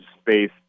space